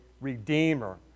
redeemer